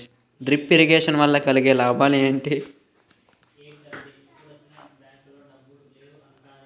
Drip irrigation వల్ల కలిగే లాభాలు ఏంటి?